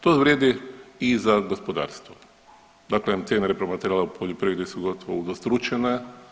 To vrijedi i za gospodarstvo, dakle cijene repromaterijala u poljoprivredi su gotovo udvostručene.